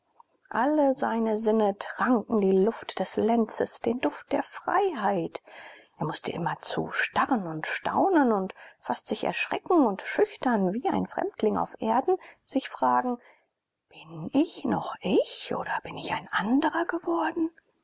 alle seine sinne tranken die luft des lenzes den duft der freiheit er mußte immerzu starren und staunen und fast sich erschrecken und schüchtern wie ein fremdling auf erden sich fragen bin ich noch ich oder bin ich ein anderer geworden